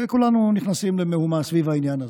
כולנו נכנסים למהומה סביב העניין הזה.